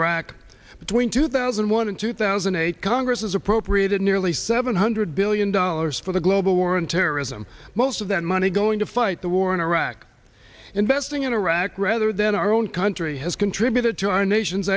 iraq between two thousand and one and two thousand and eight congress has appropriated nearly seven hundred billion dollars for the global war on terrorism most of that money going to fight the war in iraq investing in iraq rather than our own country has contributed to our nation's